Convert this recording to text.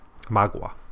Magua